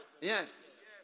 yes